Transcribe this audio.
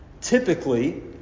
typically